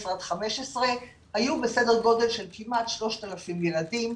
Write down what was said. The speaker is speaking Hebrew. עד 15 היו בסדר גודל של כמעט 3,000 ילדים,